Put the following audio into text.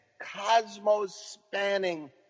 cosmos-spanning